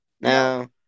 no